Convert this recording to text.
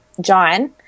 John